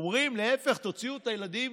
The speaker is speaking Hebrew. אומרים, להפך: תוציאו את הילדים